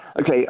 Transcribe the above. Okay